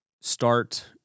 start